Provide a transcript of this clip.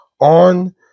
on